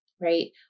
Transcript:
right